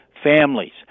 Families